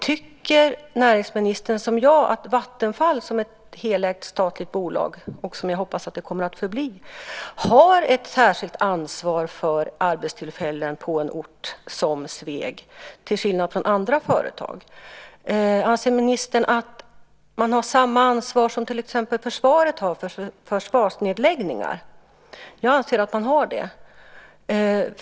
Tycker näringsministern som jag att Vattenfall som är ett helägt statligt bolag - vilket jag också hoppas att det kommer att förbli - till skillnad från andra företag har ett särskilt ansvar för arbetstillfällen på en sådan ort som Sveg? Anser ministern att Vattenfall har samma ansvar som till exempel försvaret har vid försvarsnedläggningar? Jag anser att man har det.